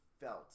felt